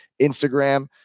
Instagram